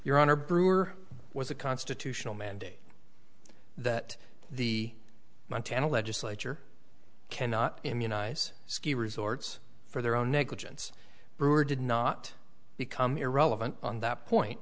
your honor brewer was a constitutional mandate that the montana legislature cannot immunize ski resorts for their own negligence brewer did not become irrelevant on that point